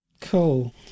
Cool